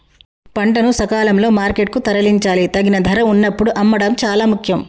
పంటను సకాలంలో మార్కెట్ కు తరలించాలి, తగిన ధర వున్నప్పుడు అమ్మడం చాలా ముఖ్యం